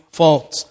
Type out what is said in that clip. faults